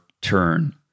turn